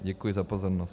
Děkuji za pozornost.